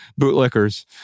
bootlickers